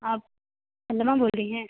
آپ وندنا بول رہی ہیں